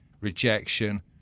rejection